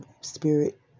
spirit